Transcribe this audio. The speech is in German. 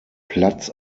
platz